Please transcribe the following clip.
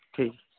ᱴᱷᱤᱠ